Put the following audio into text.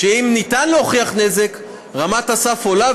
אם ניתן להוכיח נזק הסף עולה,